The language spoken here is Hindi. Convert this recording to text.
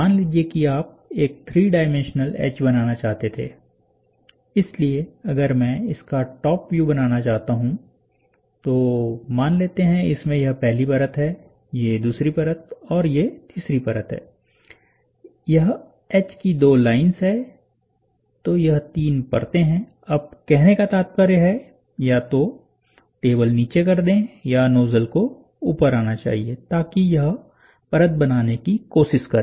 मान लीजिए कि आप एक थ्री डाइमेंशनल एच बनना चाहते थे इसलिए अगर मैं इसका टॉप व्यू बनाना चाहता हूं तो मान लेते हैं इसमें यह पहली परत है ये दूसरी परत और तीसरी परत है यह एच की दो लाइंस है तो यह तीन परते हैं अब कहने का तात्पर्य है या तो टेबल नीचे कर दे या नोजल को ऊपर आना चाहिए ताकि यह परत बनाने की कोशिश करे